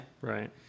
Right